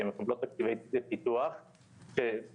כי הן מקבלות תקציבי פיתוח שמיועדים